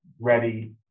ready